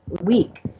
week